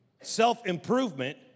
self-improvement